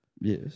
Yes